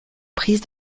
prise